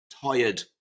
tired